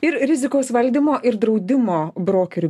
ir rizikos valdymo ir draudimo brokerių